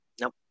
Nope